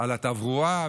על התברואה,